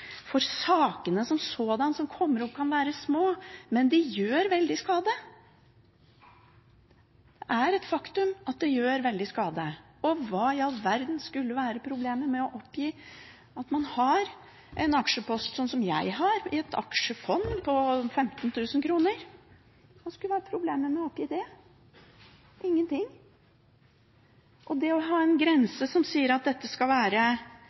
Sakene som kommer opp, kan som sådan være små, men de gjør veldig skade. Det er et faktum at dette gjør veldig skade. Og hva i all verden skulle være problemet med å oppgi at man har en aksjepost, slik som jeg har i et aksjefond, på 15 000 kr? Hva skulle være problemet med å oppgi det? Ingenting. Og det å ha en grense som sier at man skal